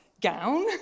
gown